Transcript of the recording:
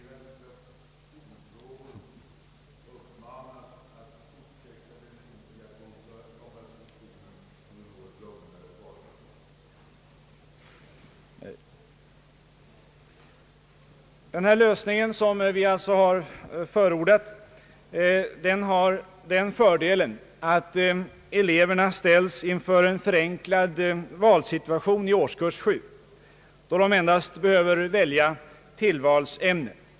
Den lösning som vi alltså förordat har den fördelen att eleverna ställs inför en förenklad valsituation i årskurs 7, då de endast behöver välja tillvalsämne.